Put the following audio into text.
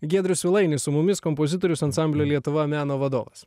giedrius svilainis su mumis kompozitorius ansamblio lietuva meno vadovas